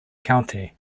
county